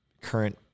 current